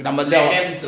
number twelve